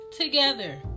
together